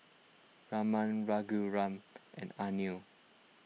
Raman Raghuram and Anil